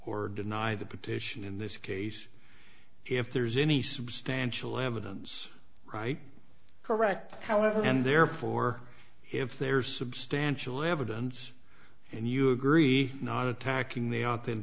or deny the petition in this case if there's any substantial evidence right correct however and therefore if there is substantial evidence and you agree not attacking the